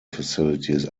facilities